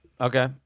okay